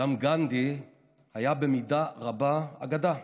גם גנדי היה במידה רבה אגדה,